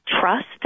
trust